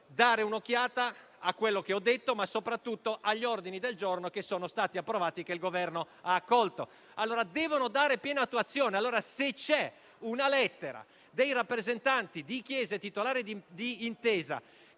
dare un'occhiata a quello che ho detto, ma soprattutto agli ordini del giorno che sono stati approvati e che il Governo ha accolto. A essi va data piena attuazione, quindi se c'è una lettera dei rappresentanti di Chiese titolari di intesa